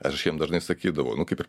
aš jiem dažnai sakydavau nu kaip ir